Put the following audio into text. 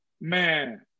man